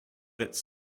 its